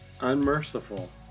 unmerciful